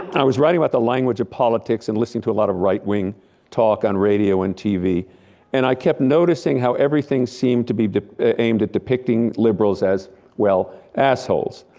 i was writing about the language of politics and listening to a lot of right wing talk on radio and tv and i kept noticing how everything seemed to be aimed at depicting liberals as well, assholes.